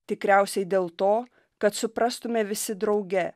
tikriausiai dėl to kad suprastume visi drauge